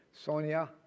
Sonia